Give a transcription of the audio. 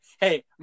Hey